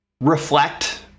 reflect